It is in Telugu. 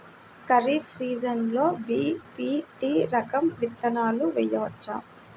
ఖరీఫ్ సీజన్లో బి.పీ.టీ రకం విత్తనాలు వేయవచ్చా?